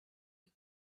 you